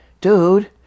dude